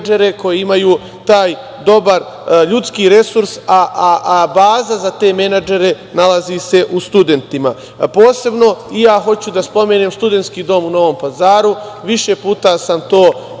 koje imaju taj dobar ljudski resurs, a baza za te menadžere nalazi se u studentima. Posebno hoću da spomenem studentski dom u Novom Pazaru. Više puta sam to spominjao